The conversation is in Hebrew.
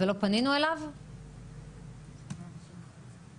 אני כאן בכובע של האגודה לסוכרת